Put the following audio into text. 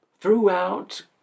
Throughout